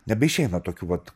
nebeišeina tokių vat